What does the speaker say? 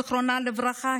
זיכרונה לברכה,